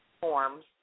forms